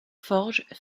forges